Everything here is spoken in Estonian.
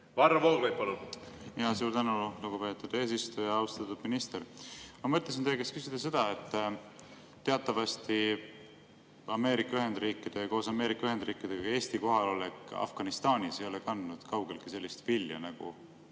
Varro Vooglaid, palun! Suur tänu, lugupeetud eesistuja! Austatud minister! Ma mõtlesin teie käest küsida seda, et teatavasti Ameerika Ühendriikide ja koos Ameerika Ühendriikidega ka Eesti kohalolek Afganistanis ei ole kandnud kaugeltki sellist vilja, nagu